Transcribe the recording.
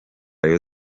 rayon